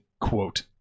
quote